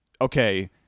okay